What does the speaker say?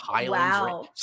Wow